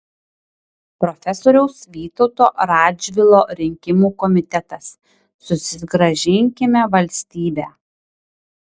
profesoriaus vytauto radžvilo rinkimų komitetas susigrąžinkime valstybę